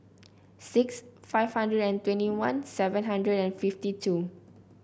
six five hundred and twenty one seven hundred and fifty two